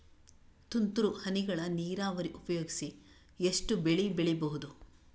ತುಂತುರು ಹನಿಗಳ ನೀರಾವರಿ ಉಪಯೋಗಿಸಿ ಎಷ್ಟು ಬೆಳಿ ಬೆಳಿಬಹುದು?